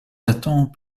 datant